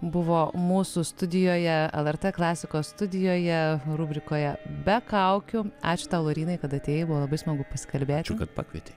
buvo mūsų studijoje lrt klasikos studijoje rubrikoje be kaukių ačiū tau laurynai kad atėjai buvo labai smagu pasikalbėti ačiū kad pakvietei